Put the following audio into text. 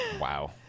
Wow